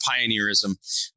pioneerism